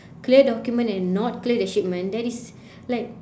clear document and not clear the shipment that is like